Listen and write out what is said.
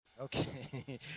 okay